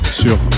sur